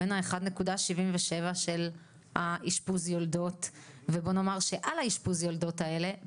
בין ה-1.77% של האשפוז יולדות ובוא נאמר שעל האשפוז יולדות האלה,